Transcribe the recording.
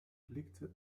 blickte